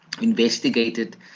investigated